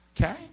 Okay